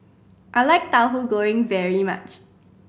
I like Tahu Goreng very much